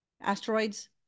asteroids